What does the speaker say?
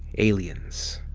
aliens.